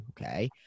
Okay